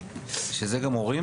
שזה גם הורים?